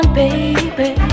baby